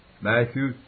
Matthew